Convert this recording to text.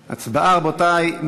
הצבעה, רבותי.